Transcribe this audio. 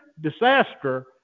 disaster